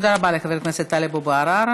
תודה רבה לחבר הכנסת טלב אבו עראר.